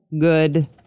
good